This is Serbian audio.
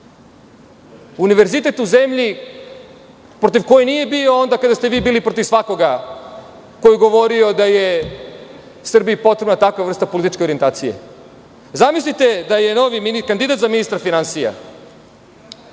univerzitet u zemlji protiv koje nije bio onda kada ste svi vi bili protiv svakoga ko je govorio da je Srbiji potrebna takva vrsta političke orijentacije. Zamislite da je novi kandidat za ministra finansija